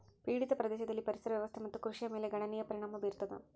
ಪೀಡಿತ ಪ್ರದೇಶದಲ್ಲಿ ಪರಿಸರ ವ್ಯವಸ್ಥೆ ಮತ್ತು ಕೃಷಿಯ ಮೇಲೆ ಗಣನೀಯ ಪರಿಣಾಮ ಬೀರತದ